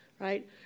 Right